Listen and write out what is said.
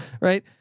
right